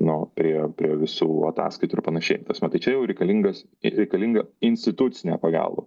nu prie prie visų ataskaitų ir panašiai ta prasme tai čia jau reikalingas reikalinga institucinė pagalba